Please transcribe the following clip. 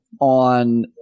on